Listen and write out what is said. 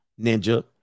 ninja